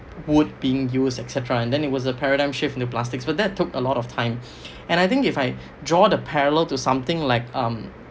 wood being used et cetera and then it was a paradigm shift in the plastics but that took a lot of time and I think if I draw the parallel to something like um